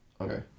Okay